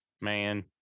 Man